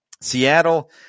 Seattle